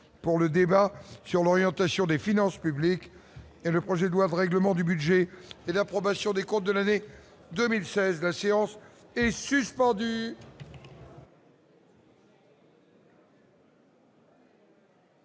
pour le débat sur l'orientation des finances publiques et le projet doivent règlement du budget et d'approbation des comptes de l'année 2016, la séance est suspendue.